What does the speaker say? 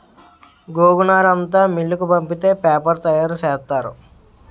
గోగునారంతా మిల్లుకు పంపితే పేపరు తయారు సేసేత్తారు